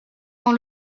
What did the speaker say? dans